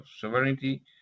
sovereignty